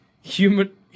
human